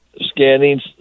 scanning